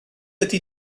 ydy